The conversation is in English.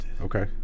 okay